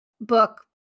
book